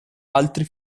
altri